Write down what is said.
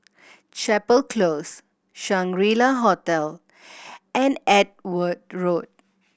Chapel Close Shangri La Hotel and Edgware Road